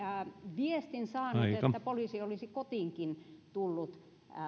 viestin saanut että poliisi olisi kotiinkin tullut